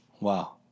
Wow